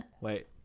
wait